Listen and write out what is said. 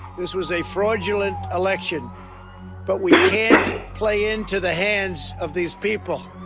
this was a fraudulent election but we can't play into the hands of these people.